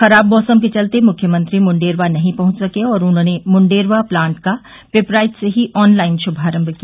खराब मौसम के चलते मुख्यमंत्री मुंडेरवा नहीं पहुंच सके और उन्होंने मुंडेरवा प्लांट का पिपराइच से ही ऑन लाइन श्मारम्म किया